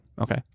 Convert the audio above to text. Okay